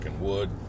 wood